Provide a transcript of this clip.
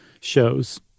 shows